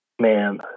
Man